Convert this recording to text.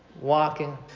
walking